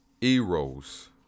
Eros